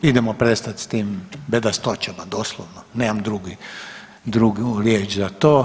Idemo prestat s tim bedastoćama doslovno, nemam drugi, drugu riječ za to.